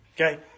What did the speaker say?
Okay